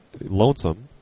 lonesome